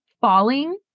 falling